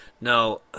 No